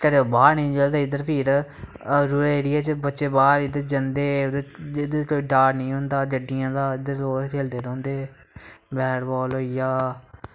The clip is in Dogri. घरै दै बाह्र नी निकलदे इद्धर फिर रूरल एरिया च बच्चे बाह्र इद्धर जंदे जिद्धर कोई डर नी होंदा गड्डियें दा इद्धर रोज़ खेलदे रौंह्दे बैट बाल होई गेआ